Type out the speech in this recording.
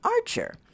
Archer